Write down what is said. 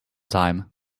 time